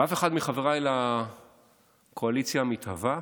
ואף אחד מחבריי לקואליציה המתהווה,